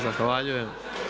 Zahvaljujem.